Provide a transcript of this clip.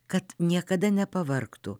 kad niekada nepavargtų